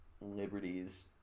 liberties –